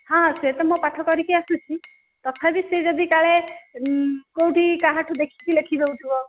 ହଁ ସେ ତ ମୋ ପାଠ କରିକି ଆସୁଛି ତଥାପି ସେ ଯଦି କାଳେ କେଉଁଠି କାହାଠୁ ଦେଖିକି ଲେଖି ଦେଉଥିବ